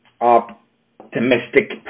optimistic